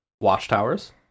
watchtowers